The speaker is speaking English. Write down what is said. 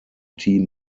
team